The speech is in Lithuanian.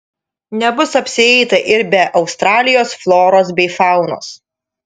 nebus apsieita ir be australijos floros bei faunos